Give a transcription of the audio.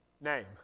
name